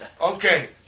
Okay